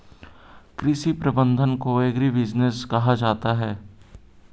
कृषि प्रबंधन को एग्रीबिजनेस कहा जाता है